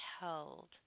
held